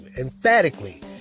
emphatically